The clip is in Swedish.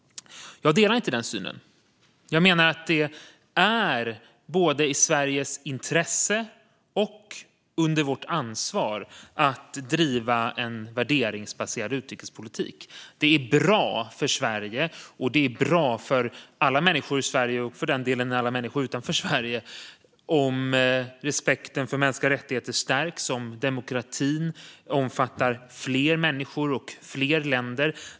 Jag delar inte den synen. Jag menar att det är både i Sveriges intresse och vårt ansvar att driva en värderingsbaserad utrikespolitik. Det är bra för Sverige. Det är bra för alla människor i Sverige, och för den delen alla människor utanför Sverige, om respekten för mänskliga rättigheter stärks och demokratin omfattar fler människor och fler länder.